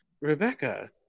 Rebecca